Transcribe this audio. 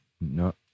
No